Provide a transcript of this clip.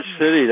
City